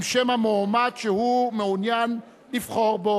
עם שם המועמד שהוא מעוניין לבחור בו.